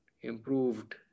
improved